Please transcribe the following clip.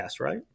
right